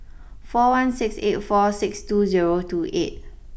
four one six eight four six two zero two eight